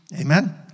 Amen